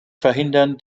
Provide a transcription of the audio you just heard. verhindern